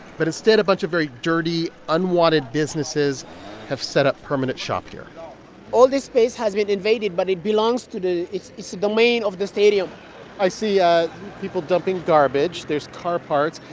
but instead, a bunch of very dirty, unwanted businesses have set up permanent shop here all this space has been invaded, but it belongs to the it's it's a domain of the stadium i see ah people dumping garbage, there's car parts,